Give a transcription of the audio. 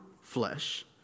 flesh